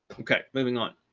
okay, moving on.